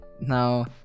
Now